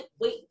wait